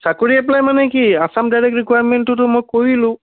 চাকৰি এপ্লাই মানে কি আছাম ডাইৰেক্ট ৰিকুৱায়াৰমেণ্টটোতো মই কৰিলোঁ